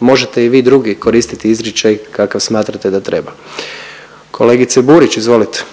možete i vi drugi koristiti izričaj kakav smatrate da treba. Kolegice Burić, izvolite.